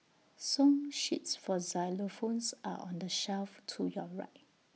song sheets for xylophones are on the shelf to your right